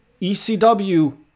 ECW